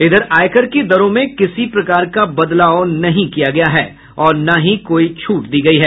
इधर आयकर की दरों में किसी प्रकार का बदलाव नहीं किया गया है और न ही कोई छूट दी गयी है